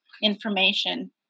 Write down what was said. information